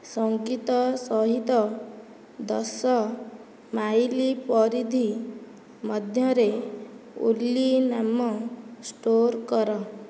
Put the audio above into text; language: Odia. ସଙ୍ଗୀତ ସହିତ ଦଶ ମାଇଲ ପରିଧି ମଧ୍ୟରେ ଓଲି ନାମ ଷ୍ଟୋର କର